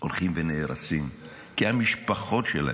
הולכים ונהרסים, כי המשפחות שלהם,